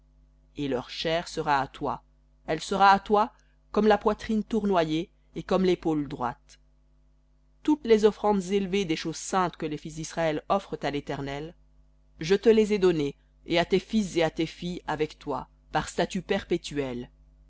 et leur chair sera à toi elle sera à toi comme la poitrine tournoyée et comme l'épaule droite toutes les offrandes élevées des choses saintes que les fils d'israël offrent à l'éternel je te les ai données et à tes fils et à tes filles avec toi par statut perpétuel